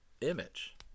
image